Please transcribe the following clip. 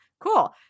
cool